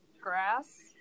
grass